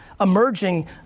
emerging